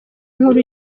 nkuru